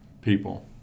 people